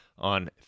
on